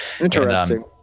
interesting